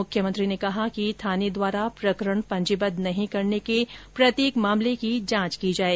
मुख्यमंत्री ने कहा कि थाने द्वारा प्रकरण पंजीबद्ध नहीं करने के प्रत्येक मामले की जांच की जाए